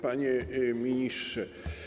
Panie Ministrze!